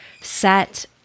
set